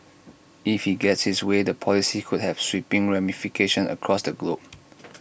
if he gets his way the policy could have sweeping ramifications across the globe